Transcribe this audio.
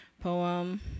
poem